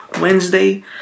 Wednesday